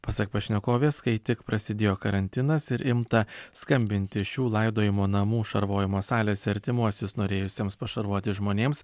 pasak pašnekovės kai tik prasidėjo karantinas ir imta skambinti šių laidojimo namų šarvojimo salėse artimuosius norėjusiems pašarvoti žmonėms